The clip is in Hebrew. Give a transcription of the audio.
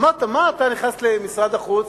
אמרת: מה אתה נכנס למשרד החוץ?